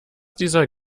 dieser